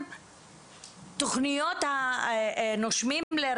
מעל 50%. התוכניות הן לאשכולות